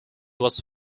was